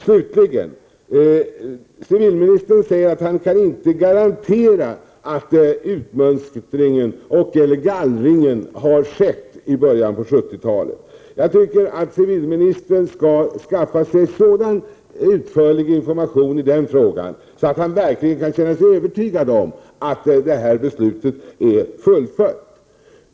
Slutligen: Civilministern säger att han inte kan garantera att utmönstringen och/eller gallringen har skett i början på 70-talet. Jag tycker att civilministern skall skaffa sig sådan utförlig information i den frågan att han verkligen kan känna sig övertygad om att detta beslut har fullföljts.